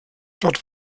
dort